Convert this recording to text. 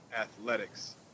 athletics